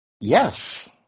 Yes